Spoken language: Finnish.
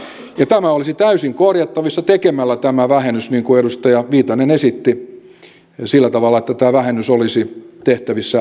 ja tämä olisi täysin korjattavissa tekemällä tämä vähennys niin kuin edustaja viitanen esitti sillä tavalla että tämä vähennys olisi tehtävissä verosta